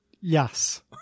yes